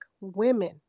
women